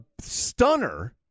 stunner